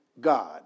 God